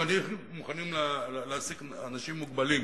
שמוכנים להעסיק אנשים מוגבלים.